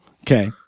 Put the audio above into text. Okay